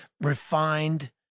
refined